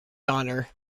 honor